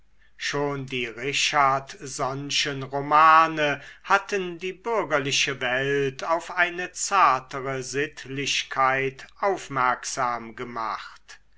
schon die richardsonschen romane hatten die bürgerliche welt auf eine zartere sittlichkeit aufmerksam gemacht